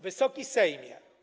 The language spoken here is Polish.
Wysoki Sejmie!